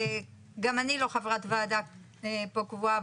גם אני לא חברת ועדה פה קבועה,